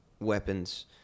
weapons